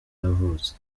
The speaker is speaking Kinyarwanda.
yavutse